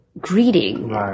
greeting